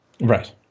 Right